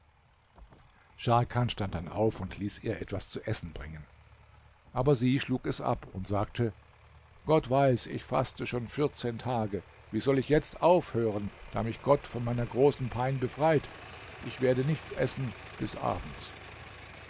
scharkan stand dann auf und ließ ihr etwas zu essen bringen aber sie schlug es ab und sagte gott weiß ich faste schon vierzehn tage wie soll ich jetzt aufhören da mich gott von meiner großen pein befreit ich werde nichts essen bis abends